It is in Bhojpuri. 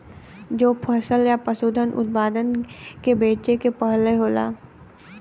जो फसल या पसूधन उतपादन के बेचे के पहले होला